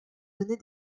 donner